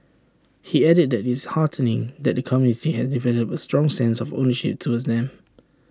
he added that it's heartening that the community has developed A strong sense of ownership towards them